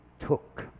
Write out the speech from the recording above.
took